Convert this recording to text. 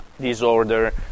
disorder